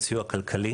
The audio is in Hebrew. סיוע כלכלי,